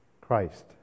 Christ